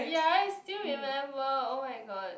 ya I still remember oh-my-god